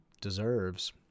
deserves